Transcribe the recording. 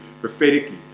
prophetically